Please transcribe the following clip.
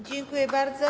Dziękuję bardzo.